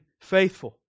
faithful